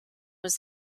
was